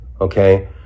okay